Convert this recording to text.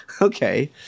Okay